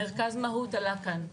מרכז מהו"ת עלה כאן.